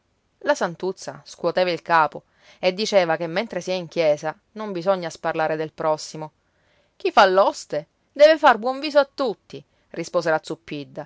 la santuzza scuoteva il capo e diceva che mentre si è in chiesa non bisogna sparlare del prossimo chi fa l'oste deve far buon viso a tutti rispose la